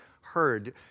heard